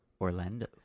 Orlando